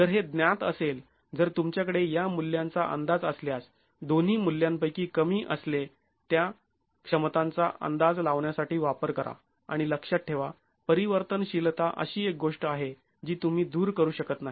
जर हे ज्ञात असेल जर तुमच्याकडे या मूल्यांचा अंदाज असल्यास दोन्ही मूल्यांपैकी कमी असले त्या क्षमतांचा अंदाज लावण्यासाठी वापर करा आणि लक्षात ठेवा परिवर्तनशीलता अशी एक गोष्ट आहे जी तुम्ही दूर करू शकत नाही